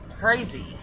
crazy